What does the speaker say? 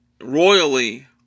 royally